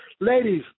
Ladies